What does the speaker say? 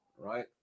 right